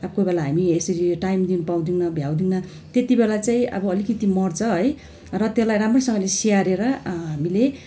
अब कोही बेला हामी यसरी टाइम दिनु पाउँदैनौँ भ्याउँदैनौँ त्यति बेला चाहिँ अब अलिकति मर्छ है र त्यसलाई राम्रोसँगले स्याहारेर हामीले